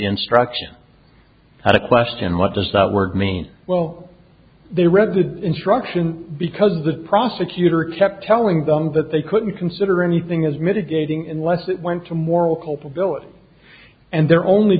instruction had a question what does that word mean well they read the instruction because the prosecutor kept telling them that they couldn't consider anything as mitigating unless it went to moral culpability and their only